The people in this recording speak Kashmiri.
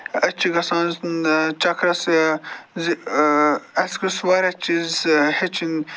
أسۍ چھِ گژھان چَکرَس زِ اَسہِ کُس واریاہ چیٖز ہیٚچِھنۍ